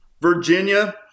Virginia